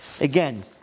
Again